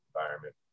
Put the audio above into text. environment